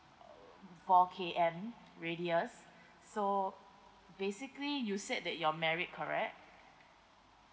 um four K_M radius so basically you said that you're married correct